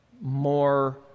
more